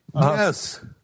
Yes